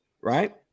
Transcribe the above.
Right